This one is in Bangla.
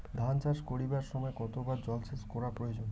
ধান চাষ করিবার সময় কতবার জলসেচ করা প্রয়োজন?